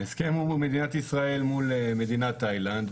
ההסכם הוא של מדינת ישראל מול מדינת תאילנד,